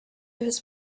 his